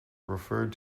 referred